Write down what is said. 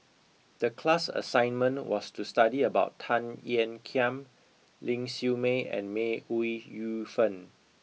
the class assignment was to study about Tan Ean Kiam Ling Siew May and May Ooi Yu Fen